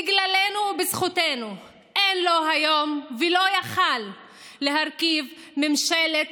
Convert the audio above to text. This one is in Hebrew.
בגללנו ובזכותנו אין לו היום והוא לא יכול להרכיב ממשלת